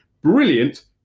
brilliant